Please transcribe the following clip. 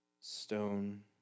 stone